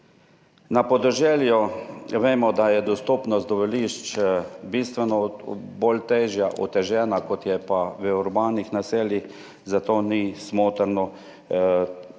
Na podeželju vemo, da je dostopnost do volišč bistveno bolj težja, otežena, kot je pa v urbanih naseljih, zato ni smotrno ukinjati